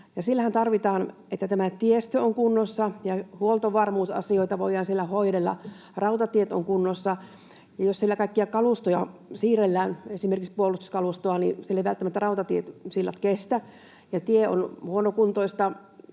Siellähän tarvitaan, että tiestö on kunnossa ja huoltovarmuusasioita voidaan siellä hoidella ja että rautatiet ovat kunnossa, ja jos siellä kaikkia kalustoja siirrellään, esimerkiksi puolustuskalustoa, niin siellä ei välttämättä rautatiesillat kestä ja tie on huonokuntoista,